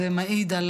זה מעיד על